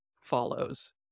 follows